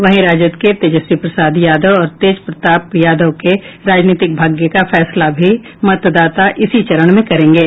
वहीं राजद के तेजस्वी प्रसाद यादव और तेज प्रताप यादव के राजनीतिक भाग्य का फैसला भी मतदाता इसी चरण में करेंगे